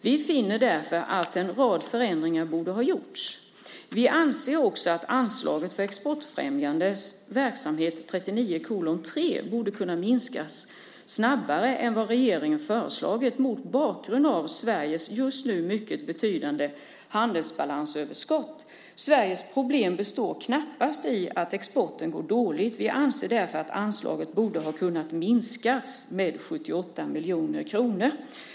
Vi finner därför att en rad förändringar borde ha gjorts. - Vi anser också att anslaget för exportfrämjande verksamhet borde kunna minskas snabbare än vad regeringen föreslagit, mot bakgrund av Sveriges just nu mycket betydande handelsbalansöverskott. Sveriges problem består knappast i att exporten går dåligt. Vi anser därför att anslaget borde ha kunnat minskas med 78 miljoner kronor."